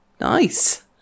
nice